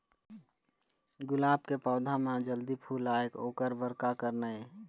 गुलाब के पौधा म जल्दी फूल आय ओकर बर का करना ये?